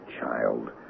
child